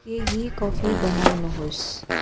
केही कफी बनाउनुहोस्